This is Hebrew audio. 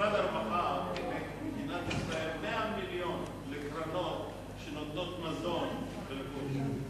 משרד הרווחה חילק 100 מיליון שקל לקרנות שנותנות מזון ולבוש.